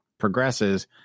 progresses